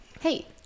Hey